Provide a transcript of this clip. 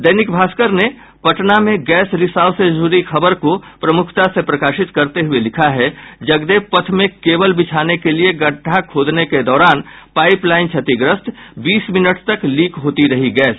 दैनिक भास्कर ने पटना में गैस रिसाव से जुड़ी खबर को प्रमुखता से प्रकाशित करते हुये लिखा है जगदेव पथ में केबल बिछाने के लिये गड्डा खोदने के दौरान पाइपलाइन क्षतिग्रस्त बीस मिनट तक लीक होती रही गैस